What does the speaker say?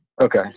Okay